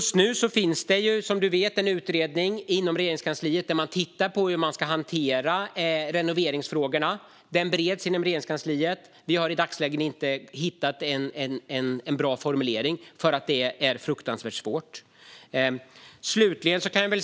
Som du vet finns det en utredning som tittar på hur man ska hantera renoveringsfrågorna, och den bereds nu inom Regeringskansliet. Vi har i dagsläget inte hittat en bra formulering, för det är fruktansvärt svårt.